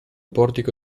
portico